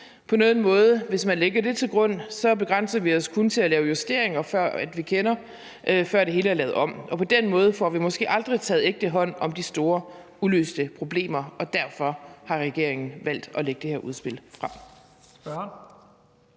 detalje. Hvis man lægger det til grund, begrænser vi os kun til at lave justeringer, før det hele er lavet om, og på den måde får vi måske aldrig taget ægte hånd om de store uløste problemer, og derfor har regeringen valgt at lægge det her udspil frem.